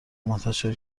منتشر